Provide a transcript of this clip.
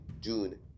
June